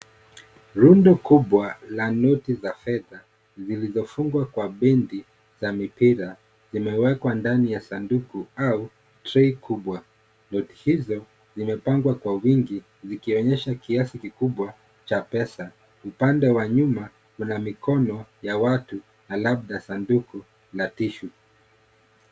Rundu kubwa, la noti za fedha, zilizo funga kwa bindi, za mipira, zimewekwa ndani ya sanduku, au tray kubwa, noti hizo zimepangwa kwa wingi zikionyesha kiasi kikubwa, cha pesa, upande wa nyuma, kuna mikono, ya watu, na labda sanduku, na tishu.